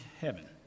heaven